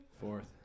Fourth